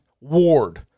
Ward